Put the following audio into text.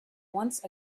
once